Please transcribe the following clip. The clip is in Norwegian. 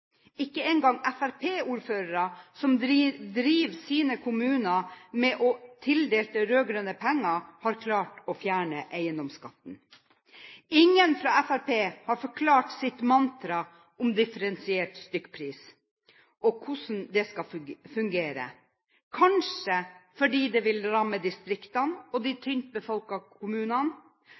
Ikke engang Fremskrittspartiordførere som driver sine kommuner med tildelte rød-grønne penger, har klart å fjerne eiendomsskatten. Ingen fra Fremskrittspartiet har forklart sitt mantra om differensiert stykkpris, og hvordan det skal fungere – kanskje fordi det vil ramme distriktene og de tynt befolkende kommunene,